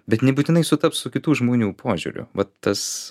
bet nebūtinai sutaps su kitų žmonių požiūriu vat tas